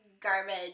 Garbage